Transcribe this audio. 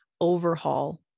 overhaul